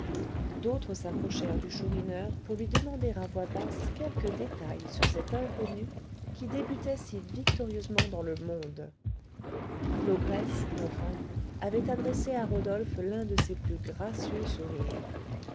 d'autres s'approchèrent du chourineur pour lui demander à voix basse quelques détails sur cet inconnu qui débutait si victorieusement dans le monde l'ogresse enfin avait adressé à rodolphe l'un de ses plus gracieux sourires